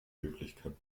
höflichkeit